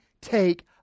take